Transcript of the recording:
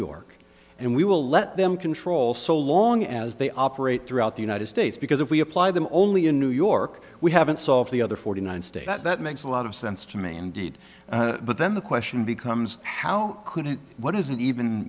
york and we will let them control so long as they operate throughout the united states because if we apply them only in new york we haven't solved the other forty nine states that makes a lot of sense to me indeed but then the question becomes how could it what does it even